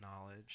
knowledge